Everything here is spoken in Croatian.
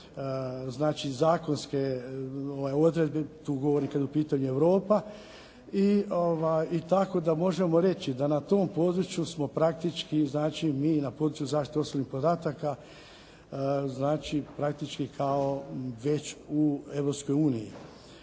zakonske odredbe. Tu govorim kad je u pitanju Europa. I tako da možemo reći da na tom području smo praktički znači mi na području zaštite osobnih podataka znači praktički kao već u Europskoj uniji.